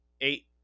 eight